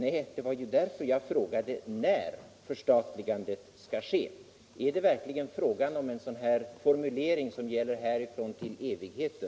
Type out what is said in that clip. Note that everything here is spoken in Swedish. Nej, det var ju därför jag frågade om när ett 183 förstatligande skall ske. Är det verkligen frågan om en formulering som gäller härifrån till evigheten?